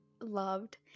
loved